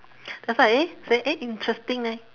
that's why I eh say eh interesting leh